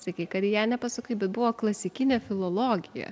sakei kad į ją nepasukai bet buvo klasikinė filologija